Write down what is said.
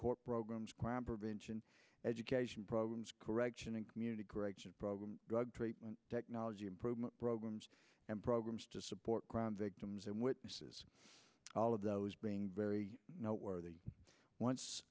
court programs crime prevention education programs correction and community corrections programs drug treatment technology improvement programs and programs to support crime victims and witnesses all of those being very noteworthy once